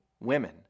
Women